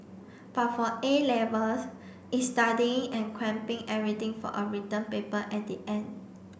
but for A Levels it's studying and cramping everything for a written paper at the end